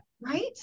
right